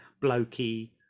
blokey